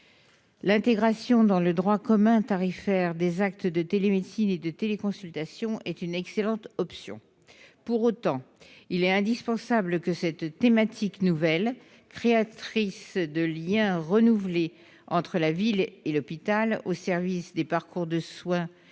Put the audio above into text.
L'intégration dans le droit commun tarifaire des actes de télémédecine et de téléconsultation est une excellente option. Pour autant, il est indispensable que cette thématique nouvelle, créatrice de liens renouvelés entre la ville et l'hôpital, au service des parcours de soins